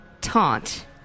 taunt